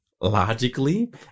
logically